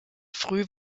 früh